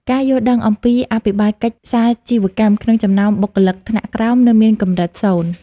ការយល់ដឹងអំពីអភិបាលកិច្ចសាជីវកម្មក្នុងចំណោមបុគ្គលិកថ្នាក់ក្រោមនៅមានកម្រិតសូន្យ។